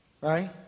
right